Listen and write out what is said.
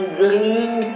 green